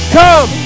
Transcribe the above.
come